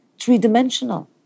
three-dimensional